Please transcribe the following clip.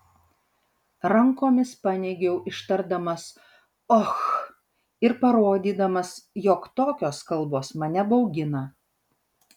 rankomis paneigiau ištardamas och ir parodydamas jog tokios kalbos mane baugina